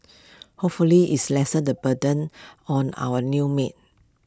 hopefully it's lessen the burden on our new maid